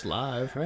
live